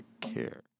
care